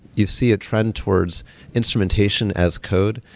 you see a trend towards instrumentation as code,